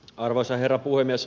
arvoisa herra puhemies